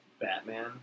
Batman